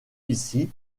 mentionné